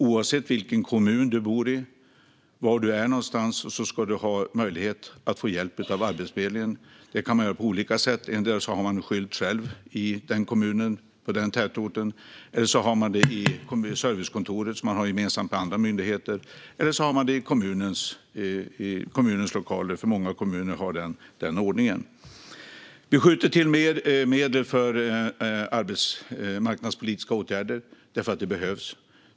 Oavsett i vilken kommun människor bor och var de är ska de ha möjlighet att få hjälp av Arbetsförmedlingen. Detta kan göras på olika sätt. Endera har man en skylt själv i kommunen eller tätorten, eller så har man det i det servicekontor som man har gemensamt med andra myndigheter eller så har man det i kommunens lokaler. Många har den ordningen. Vi skjuter till mer medel för arbetsmarknadspolitiska åtgärder därför att det behövs.